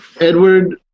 Edward